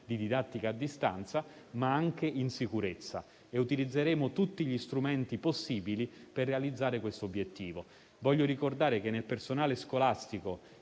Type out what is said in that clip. di didattica a distanza, ma anche in sicurezza, e utilizzeremo tutti gli strumenti possibili per realizzare questo obiettivo. Voglio ricordare che l'85 per cento del personale scolastico